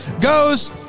goes